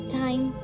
time